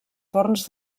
forns